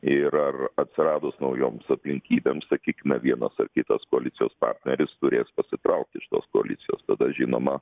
ir ar atsiradus naujoms aplinkybėms sakykime vienas ar kitas koalicijos partneris turės pasitraukti iš tos koalicijos tada žinoma